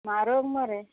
म्हारोग मरे